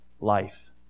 life